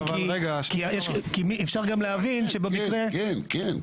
כי אפשר גם להבין שבמקרה --- כן כן.